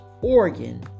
Oregon